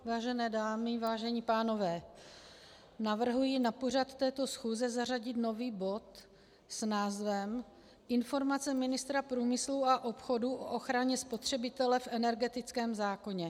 Vážené dámy, vážení pánové, navrhuji na pořad této schůze zařadit nový bod s názvem Informace ministra průmyslu a obchodu o ochraně spotřebitele v energetickém zákoně.